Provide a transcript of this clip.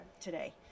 today